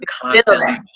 constantly